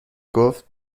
گفت